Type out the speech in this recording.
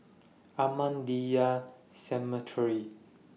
Ahmadiyya Cemetery